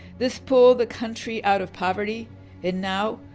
this pulled the country out of poverty and now,